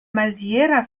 maziera